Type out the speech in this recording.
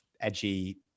edgy